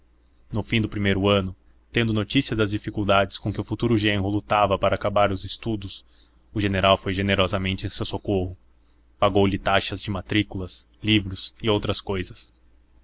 no fim do primeiro ano tendo notícia das dificuldades com que o futuro genro lutava para acabar os estudos o general foi generosamente em seu socorro pagou-lhe taxas de matrículas livros e outras cousas